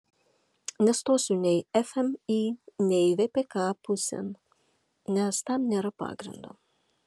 nestosiu nei fmį nei vpk pusėn nes tam nėra pagrindo